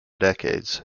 decades